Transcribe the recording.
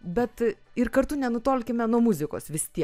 bet ir kartu nenutolkime nuo muzikos vis tiek